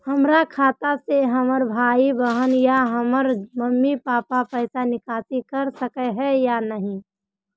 हमरा खाता से हमर भाई बहन या हमर मम्मी पापा पैसा निकासी कर सके है या नहीं?